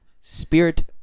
Spirit